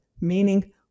Meaning